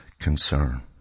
concern